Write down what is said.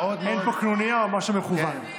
אין פה קנוניה או משהו מכוון.